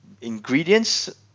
ingredients